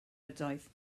ydoedd